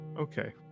okay